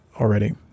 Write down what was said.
already